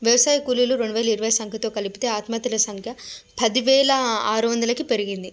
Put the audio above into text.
వ్యవసాయ కూలీలు రెండువేల ఇరవై సంఖ్యతో కలిపితే ఆత్మహత్యల సంఖ్య పదివేల ఆరువందలకి పెరిగింది